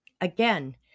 Again